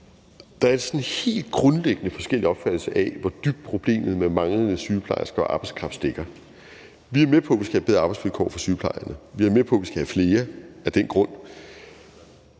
Der er sådan en helt grundlæggende forskellig opfattelse af, hvor dybt problemet med de manglende sygeplejersker og arbejdskraften stikker. Vi er med på, at vi skal have bedre arbejdsvilkår for sygeplejerskerne, og vi er med på, at vi af den grund